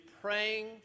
praying